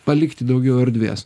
palikti daugiau erdvės